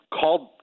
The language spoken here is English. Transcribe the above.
called